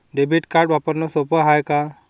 Debit card वापरणं सोप हाय का?